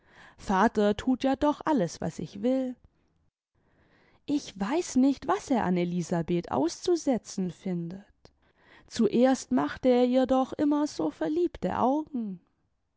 vater tut ja doch alles was ich will ich weiß nicht was eir an elisabeth auszusetzen findet zuerst machte er ihr doch immer so verhebte augen